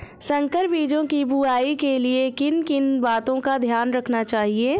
संकर बीजों की बुआई के लिए किन किन बातों का ध्यान रखना चाहिए?